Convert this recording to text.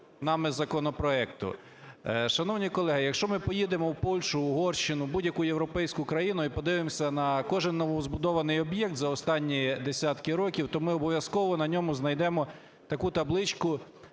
нами законопроекту. Шановні колеги, якщо ми поїдемо в Польщу, Угорщину, будь-яку європейську країну і подивимося на кожен новозбудований об'єкт за останні десятки років, то ми обов'язково на ньому знайдемо таку табличку,